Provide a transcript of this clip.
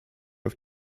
auf